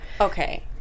Okay